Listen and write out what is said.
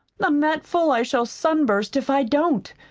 i'm that full i shall sunburst if i don't.